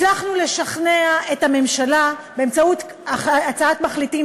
הצלחנו לשכנע את הממשלה באמצעות הצעת מחליטים